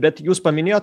bet jūs paminėjot